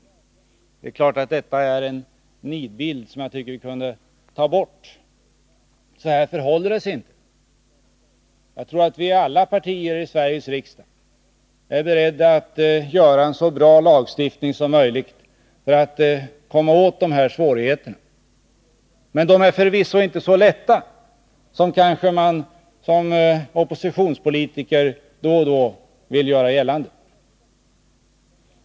Det är klart att detta är en nidbild, som jag tycker att vi kunde ta bort. Så förhåller det sig inte. Jag tror att vi i alla partier i Sveriges riksdag är beredda att åstadkomma en så bra lagstiftning som möjligt för att komma åt dessa svårigheter. Det är förvisso inte så lätt som en del oppositionspolitiker vill göra gällande.